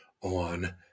on